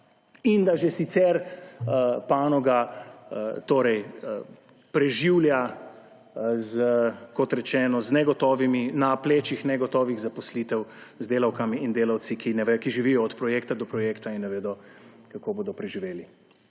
in da že sicer panoga preživlja, kot rečeno, na plečih negotovih zaposlitev z delavkami in delavci, ki živijo od projekta do projekta in ne vedo, kako bodo preživeli